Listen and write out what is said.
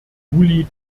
juli